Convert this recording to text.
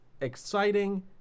exciting